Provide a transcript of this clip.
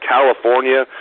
California